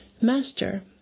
Master